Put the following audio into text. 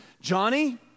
Johnny